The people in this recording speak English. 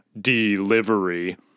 delivery